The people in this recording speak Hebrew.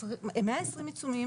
פורסמו 120 עיצומים